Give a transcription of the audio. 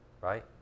right